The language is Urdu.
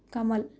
کمل